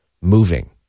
moving